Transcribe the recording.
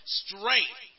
strength